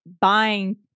buying